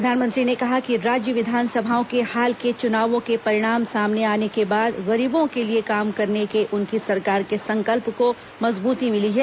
प्रधानमंत्री ने कहा कि राज्य विधानसभाओं के हाल के चुनावों के परिणाम सामने आने के बाद गरीबों के लिए काम करने के उनकी सरकार के संकल्प को मजबूती मिली है